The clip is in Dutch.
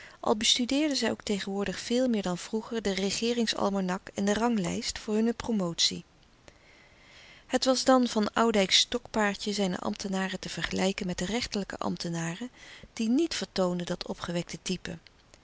al bestudeerden zij ook tegenwoordig veel meer dan vroeger den regeeringsalmanak en de ranglijst voor hunne promotie het was dan van oudijcks stokpaardje zijne ambtenaren te vergelijken met de rechterlijke ambtenaren die niet vertoonden dat opgewekte type